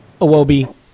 Awobi